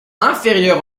inférieur